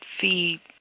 feed